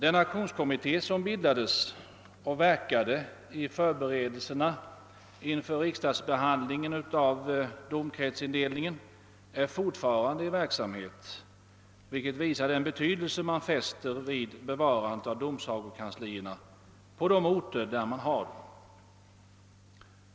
Den aktionskommitte som bildades och verkade i förberedelsearbetet inför riksdagsbehandlingen av domkretsindelningen är fortfarande i verksamhet, vilket visar vilken vikt man fäster vid bevarandet av domsagokanslierna på de orter där sådana finns.